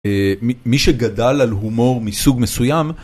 אה... מי, מי שגדל על הומור מסוג מסוים.